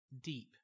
deep